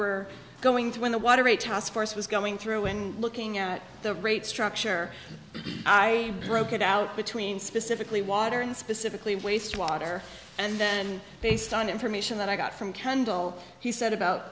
were going to win the water a task force was going through and looking at the rate structure i broke it out between specifically water and specifically waste water and then based on information that i got from kendall he said about